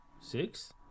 six